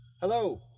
Hello